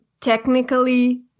technically